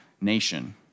nation